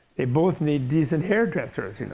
they both need decent hairdressers you know